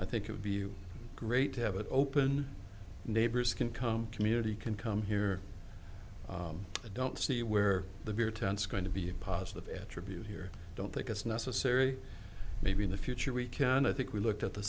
i think of you great to have it open neighbors can come community can come here i don't see where the beer tents going to be a positive attribute here don't think it's necessary maybe in the future we can i think we looked at the